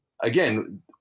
again